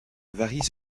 varient